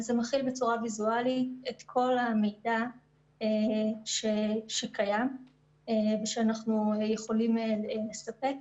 וזה מכיל בצורה ויזואלית את כל המידע שקיים ושאנחנו יכולים לספק,